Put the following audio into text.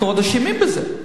אנחנו עוד אשמים בזה.